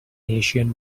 asian